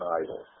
idol